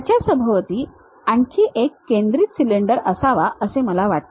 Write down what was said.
त्याच्यासभोवती आणखी एक केंद्रित सिलिंडर असावा असे मला वाटते